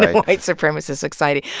white supremacist society.